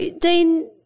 Dean